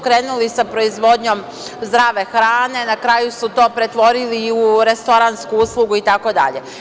Krenuli su sa proizvodnjom zdrave hrane, na kraju su to pretvorili i u restoransku uslugu itd.